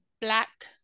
black